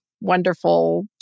wonderful